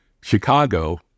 Chicago